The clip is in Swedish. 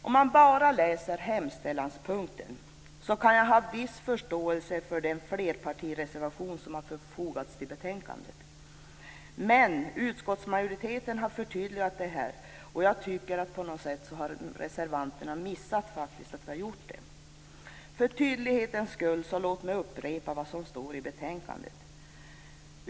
Om jag bara läser hemställanspunkten kan jag ha viss förståelse för den flerpartireservation som har fogats till betänkandet. Men utskottsmajoriteten har gjort ett förtydligande, och reservanterna måste ha missat att vi har gjort det. Låt mig upprepa vad som står i betänkandet för tydlighetens skull.